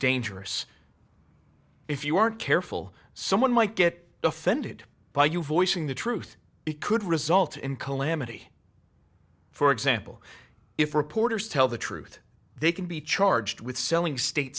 dangerous if you aren't careful someone might get offended by you voicing the truth it could result in calamity for example if reporters tell the truth they can be charged with selling state